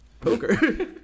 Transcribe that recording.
poker